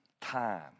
Time